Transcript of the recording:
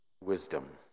wisdom